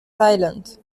silent